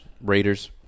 Raiders